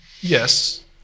yes